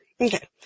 Okay